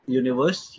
universe